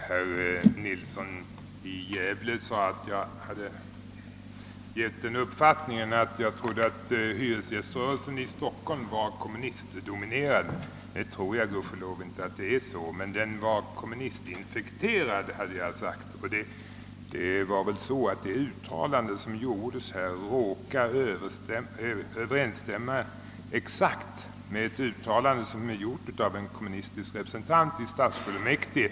Herr talman! Herr Nilsson i Gävle sade att han fått den uppfattningen att jag trodde att hyresgäströrelsen i Stockholm var kommunistdominerad. Jag tror gudskelov inte att det är så, men jag sade att den var kommunistinfekterad. Det uttalande som gjordes av Hyresgästföreningen råkade överensstämma exakt med ett uttalande som gjordes av en kommunistisk representant i stadsfullmäktige.